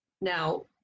Now